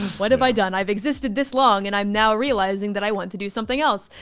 what have i done? i've existed this long. and i'm now realizing that i want to do something else.